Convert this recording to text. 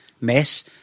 mess